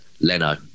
Leno